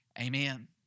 Amen